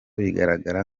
bigaragara